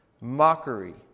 mockery